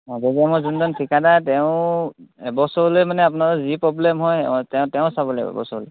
যোনজন ঠিকাদৰ তেওঁ এবছৰলৈ মানে আপোনাৰ যি প্ৰব্লেম হয় তেওঁ তেওঁ চাব লাগিব বছৰী